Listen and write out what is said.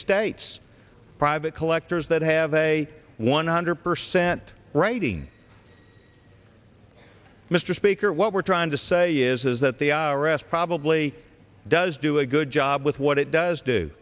states private collectors that have a one hundred percent writing mr speaker what we're trying to say is that the i r s probably does do a good job with what it does do